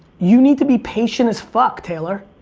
you need to be patient as fuck, taylor.